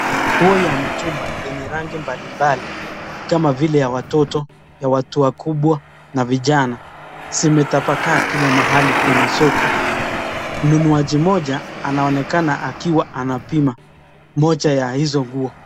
Nguo ya mitumba yenye rangi mbali mbali kama vile ya watoto ya watu wakubwa na vijana zimetapakaa kila mahali kwenye soko. Mnunuaji mmoja anaonekana akiwa anapima moja ya hizo nguo.